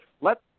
Let